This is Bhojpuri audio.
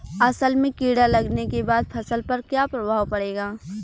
असल में कीड़ा लगने के बाद फसल पर क्या प्रभाव पड़ेगा?